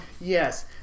Yes